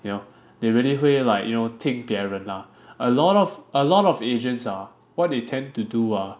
you know they really 会 like you know 听别人 lah a lot of a lot of agents ah what they tend to do ah